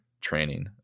training